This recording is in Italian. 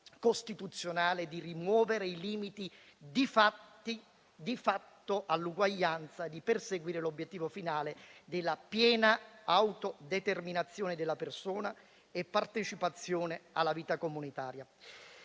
costituzionale di rimuovere i limiti "di fatto" all'uguaglianza e di perseguire l'obiettivo finale della "piena" autodeterminazione della persona e partecipazione alla vita comunitaria».